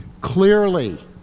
Clearly